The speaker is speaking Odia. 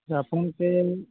ସେ ଆପଣ ସେ